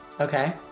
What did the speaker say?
Okay